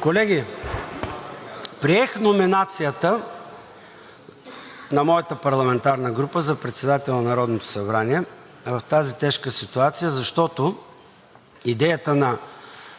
Колеги, приех номинацията на моята парламентарна група за председател на Народното събрание в тази тежка ситуация, защото идеята на